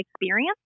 experience